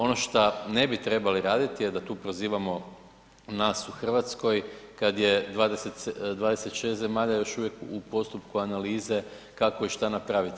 Ono šta ne bi trebali raditi je da tu prozivamo nas u Hrvatskoj kad je 26 zemalja još uvijek u postupku analize kako i šta napraviti.